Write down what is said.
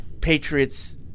Patriots